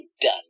done